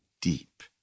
deep